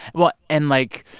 well and, like,